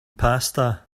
pasta